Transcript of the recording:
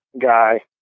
guy